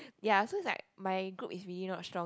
ya so it's like my group is really not strong